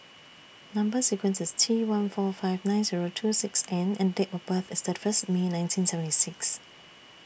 Number sequence IS T one four five nine Zero two six N and Date of birth IS thirty First May nineteen seventy six